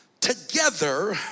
together